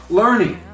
learning